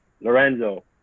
Lorenzo